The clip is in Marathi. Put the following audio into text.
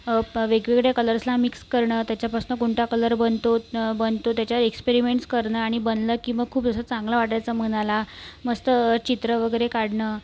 वेगवेगळ्या कलर्सला मिक्स करणं त्याच्यापासून कोणता कलर बनतो बनतो त्याच्यावर एक्सपेरीमेंट्स करणं आणि बनलं की खूप असं चांगलं वाटायचं मनाला मस्त चित्र वगैरे काढणं